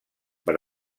per